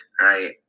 right